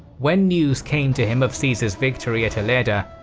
when news came to him of caesar's victory at ilerda,